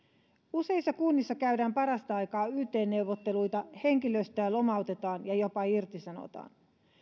useissa kunnissa käydään parasta aikaa yt neuvotteluita henkilöstöä lomautetaan ja jopa irtisanotaan